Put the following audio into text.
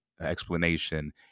explanation